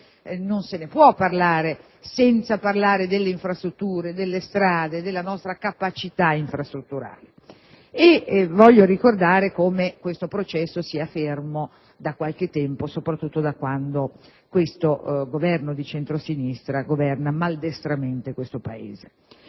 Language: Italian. Non si può parlare di trasporti senza parlare delle infrastrutture, delle strade, della nostra capacità infrastrutturale. Ricordo che questo processo è fermo da qualche tempo, soprattutto da quando questo Governo di centro-sinistra governa maldestramente il Paese.